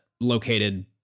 located